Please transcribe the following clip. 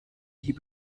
hier